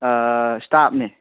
ꯏꯁꯇꯥꯞꯅꯤ